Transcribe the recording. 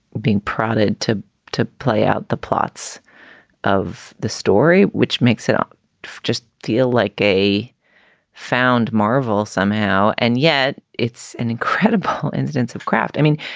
being prodded to to play out the plots of the story, which makes it all just feel like a found. marvel somehow. somehow. and yet it's an incredible coincidence of craft. i mean,